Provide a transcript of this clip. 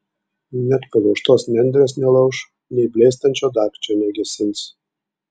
net palaužtos nendrės nelauš nei blėstančio dagčio negesins